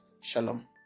Shalom